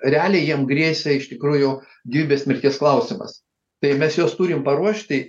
realiai jiems grėsia iš tikrųjų gyvybės mirties klausimas tai mes juos turim paruošti